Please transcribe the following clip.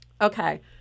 Okay